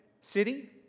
city